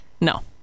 No